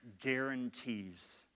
guarantees